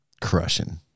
crushing